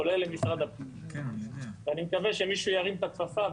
כולל למשרד --- ואני מקווה שמישהו ירים את הכפפה,